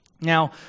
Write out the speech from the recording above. Now